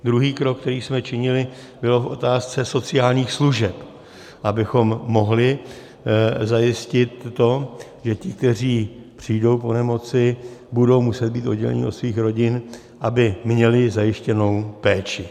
Druhý krok, které jsme činili, byl v otázce sociálních služeb, abychom mohli zajistit to, že, ti kteří přijdou po nemoci, budou muset být odděleni od svých rodin, aby měli zajištěnou péči.